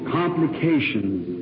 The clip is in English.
complications